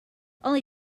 only